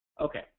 Okay